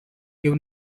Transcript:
you